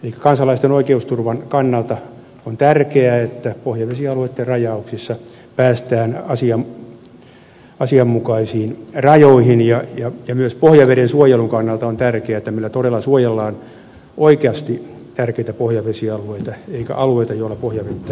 elikkä kansalaisten oikeusturvan kannalta on tärkeää että pohjavesialueitten rajauksissa päästään asianmukaisiin rajoihin ja myös pohjaveden suojelun kannalta on tärkeää että meillä todella suojellaan oikeasti tärkeitä pohjavesialueita eikä alueita joilla pohjavettä ei ole